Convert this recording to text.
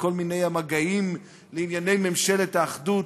בכל מיני המגעים לענייני ממשלת האחדות,